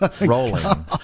rolling